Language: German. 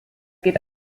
geht